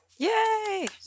Yay